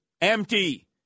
empty